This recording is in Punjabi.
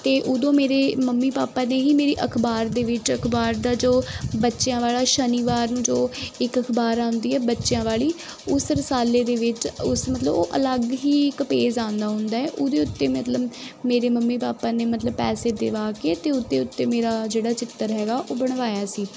ਅਤੇ ਉਦੋਂ ਮੇਰੇ ਮੰਮੀ ਪਾਪਾ ਨੇ ਹੀ ਮੇਰੀ ਅਖਬਾਰ ਦੇ ਵਿੱਚ ਅਖਬਾਰ ਦਾ ਜੋ ਬੱਚਿਆਂ ਵਾਲਾ ਸ਼ਨੀਵਾਰ ਨੂੰ ਜੋ ਇੱਕ ਅਖਬਾਰ ਆਉਂਦੀ ਹੈ ਬੱਚਿਆਂ ਵਾਲੀ ਉਸ ਰਸਾਲੇ ਦੇ ਵਿੱਚ ਉਸ ਮਤਲਬ ਉਹ ਅਲੱਗ ਹੀ ਇੱਕ ਪੇਜ ਆਉਂਦਾ ਹੁੰਦਾ ਹੈ ਉਹਦੇ ਉੱਤੇ ਮਤਲਬ ਮੇਰੇ ਮੰਮੀ ਪਾਪਾ ਨੇ ਮਤਲਬ ਪੈਸੇ ਦੇਵਾ ਕੇ ਅਤੇ ਉੱਤੇ ਉੱਤੇ ਮੇਰਾ ਜਿਹੜਾ ਚਿੱਤਰ ਹੈਗਾ ਉਹ ਬਣਵਾਇਆ ਸੀ